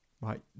Right